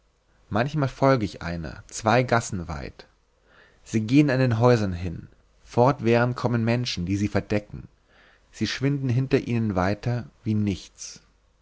manchmal folge ich einer zwei gassen weit sie gehen an den häusern hin fortwährend kommen menschen die sie verdecken sie schwinden hinter ihnen weiter wie nichts